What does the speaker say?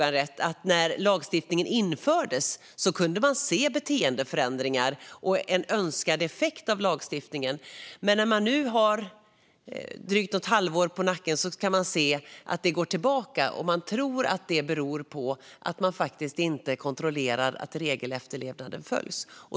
När lagstiftningen infördes kunde man se beteendeförändringar och en önskad effekt av lagstiftningen, om jag har förstått det hela rätt. Men efter ett drygt halvår kan man nu se att det går tillbaka. Man tror att detta beror på att regelefterlevnaden inte kontrolleras.